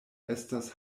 estas